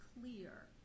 clear